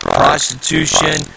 prostitution